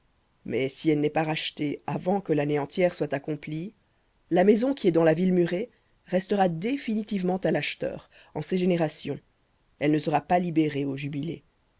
mais si elle n'est pas rachetée avant que l'année entière soit accomplie la maison qui est dans la ville murée restera définitivement à l'acheteur en ses générations elle ne sera pas libérée au jubilé